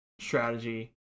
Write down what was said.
strategy